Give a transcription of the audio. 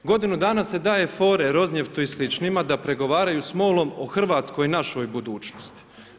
Godinu dana se daje fore, … i sličnima da pregovaraju s MOL-om o Hrvatskoj i našoj budućnosti.